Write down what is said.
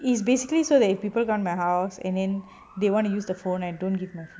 is basically so that if people come my house and then they want to use the phone I don't give my phone